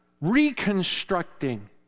reconstructing